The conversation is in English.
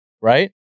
right